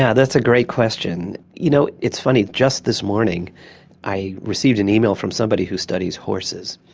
yeah that's a great question. you know, it's funny, just this morning i received an email from somebody who studies horses.